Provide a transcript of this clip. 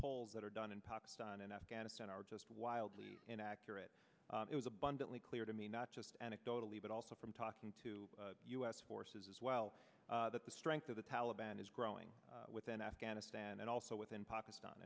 polls that are done in pakistan and afghanistan are just wildly inaccurate it was abundantly clear to me not just anecdotally but also from talking to u s forces as well that the strength of the taliban is growing within afghanistan and also within pakistan